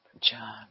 John